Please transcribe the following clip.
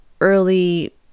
early